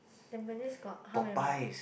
tampines got how many mall